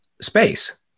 space